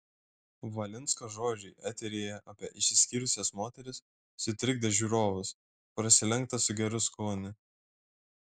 valinsko žodžiai eteryje apie išsiskyrusias moteris sutrikdė žiūrovus prasilenkta su geru skoniu